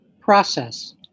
process